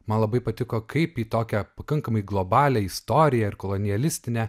man labai patiko kaip į tokią pakankamai globalią istoriją ir kolonialistinę